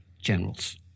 generals